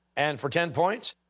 and for ten points,